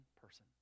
person